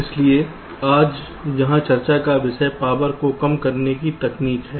इसलिए आज यहां चर्चा का विषय पावर को कम करने की तकनीक है